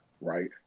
right